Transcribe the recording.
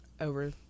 over